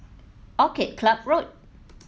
Orchid Club Road